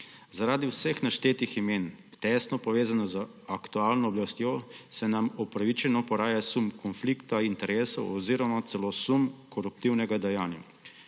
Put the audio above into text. Zaradi vseh naštetih imen, tesno povezanih z aktualno oblastjo, se nam upravičeno poraja sum konflikta interesov oziroma celo sum koruptivnega dejanja.